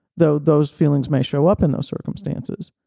though those feelings may show up in those circumstances.